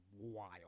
wild